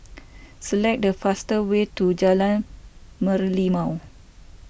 select the fastest way to Jalan Merlimau